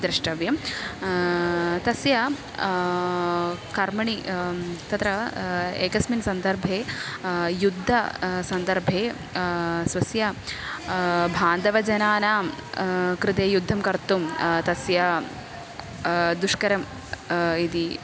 द्रष्टव्यं तस्य कर्मणि तत्र एकस्मिन् सन्दर्भे युद्ध सन्दर्भे स्वस्य बान्धवजनानां कृते युद्धं कर्तुं तस्य दुष्करम् इति